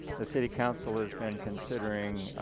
the city council has been considering